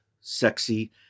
sexy